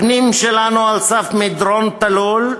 הפנים שלנו על סף מדרון תלול,